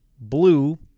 blue